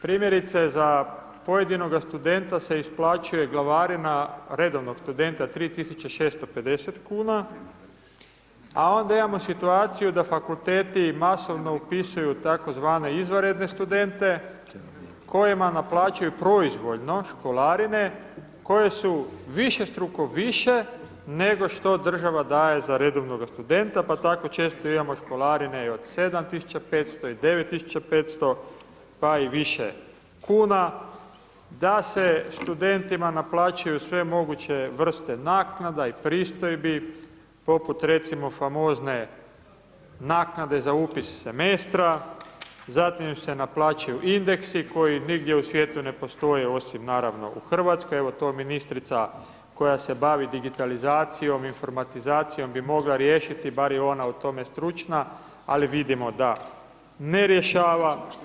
Primjerice za pojedinoga studenta se isplaćuje glavarina, redovnog studenta, 3650 kuna a onda imamo situaciju da fakulteti masovno upisuju tzv. izvanredne studente kojima naplaćuju proizvoljno školarine koje su višestruko više nego što država daje za redovnoga studenta pa tako često imamo školarine i od 7500 i 9500 pa i više kuna, da se studentima naplaćuju sve moguće vrste naknada i pristojbi poput recimo famozne naknade za upis semestra, zatim se naplaćuju indeksi koji nigdje u svijetu ne postoje osim naravno u Hrvatskoj, evo to ministrica koja se bavi digitalizacijom, informatizacijom bi mogla riješiti, bar je ona u tome stručna, ali vidimo da ne rješava.